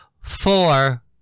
four